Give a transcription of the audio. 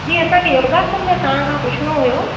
जी असांखे योगा आसन लाइ तव्हांखां पुछणो हुयो